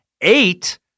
Eight